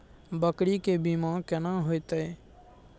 बकरी के बीमा केना होइते?